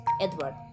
Edward